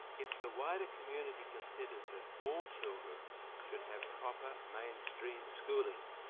if the wider community considers that all children should have proper mainstream schooling,